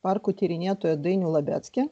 parkų tyrinėtoją dainių labeckį